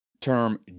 term